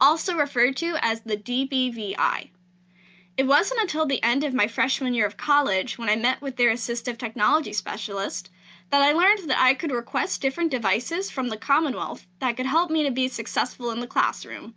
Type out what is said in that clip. also referred to as the dbvi. it wasn't until the end of my freshman year of college when i met with their assistive technology specialist that i learned that i could request different devices from the commonwealth that could help me to be successful in the classroom